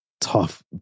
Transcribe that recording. tough